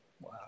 Wow